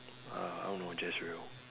uh I don't know Jazrael